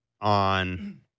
on